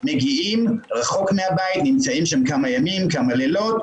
שהגיעו למתחמים באילת,